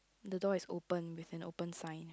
the door is open with an open sign